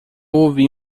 ouvi